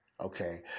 Okay